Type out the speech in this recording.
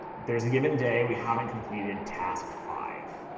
there's a given day, we haven't completed task five.